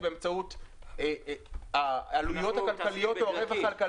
באמצעות העלויות הכלכליות או הרווח הכלכלי.